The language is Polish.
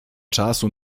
czasu